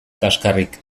kaxkarrik